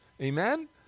Amen